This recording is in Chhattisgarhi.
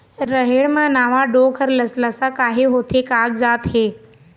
रहेड़ म नावा डोंक हर लसलसा काहे होथे कागजात हे?